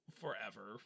forever